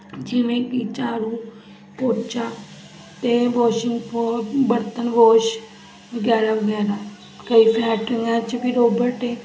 ਜਿਵੇਂ ਕਿ ਝਾੜੂ ਪੋਚਾ ਅਤੇ ਵਾਸ਼ਿੰਗ ਵੋ ਬਰਤਨ ਵੋਸ਼ ਗੈਰਾ ਵਗੈਰਾ ਕਈ ਫੈਕਟਰੀਆਂ 'ਚ ਵੀ ਰੋਬੋਟ ਏ